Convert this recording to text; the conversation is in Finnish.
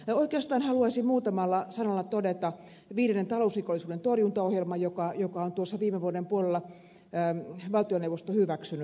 oikeastaan haluaisin muutamalla sanalla todeta viidennestä talousrikollisuuden torjuntaohjelmasta jonka on viime vuoden puolella valtioneuvosto hyväksynyt